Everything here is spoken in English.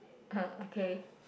ah okay